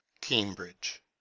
Cambridge